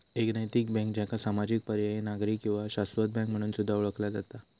एक नैतिक बँक, ज्याका सामाजिक, पर्यायी, नागरी किंवा शाश्वत बँक म्हणून सुद्धा ओळखला जाता